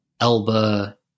Elba